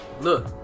Look